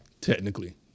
Technically